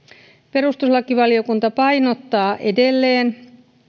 perustuslakivaliokunta painottaa edelleen